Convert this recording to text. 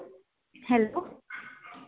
hello